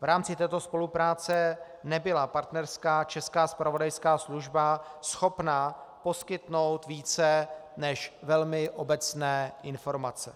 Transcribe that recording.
V rámci této spolupráce nebyla partnerská česká zpravodajská služba schopna poskytnout více než velmi obecné informace.